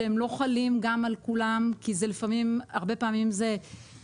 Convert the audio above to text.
שהם לא חלים על כולם כי זה הרבה פעמים הסדרי